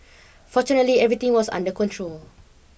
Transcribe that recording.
fortunately everything was under control